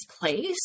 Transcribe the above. place